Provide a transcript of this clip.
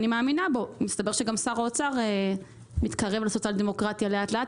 אני מאמינה בו ומסתבר שגם שר האוצר מתקרב לסוציאל-דמוקרטיה לאט-לאט.